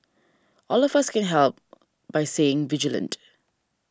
all of us can help by saying vigilant